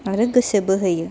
आरो गोसो बोहोयो